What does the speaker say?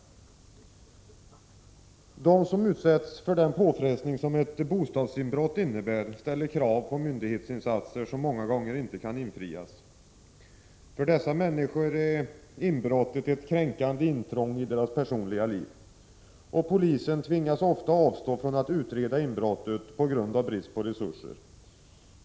De som utsätts för den påfrestning som ett bostadsinbrott innebär ställer krav på myndighetsinsatser som många gånger inte kan infrias. För dessa människor är inbrottet ett kränkande intrång i deras personliga liv. Polisen tvingas ofta avstå från att utreda inbrottet på grund av brist på resurser.